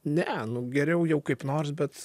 ne nu geriau jau kaip nors bet